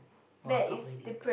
!wah! up already